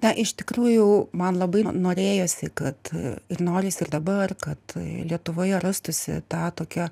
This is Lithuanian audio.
na iš tikrųjų man labai norėjosi kad ir norisi ir dabar kad lietuvoje rastųsi ta tokia